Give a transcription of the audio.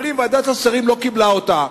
אומרים: ועדת השרים לא קיבלה אותה.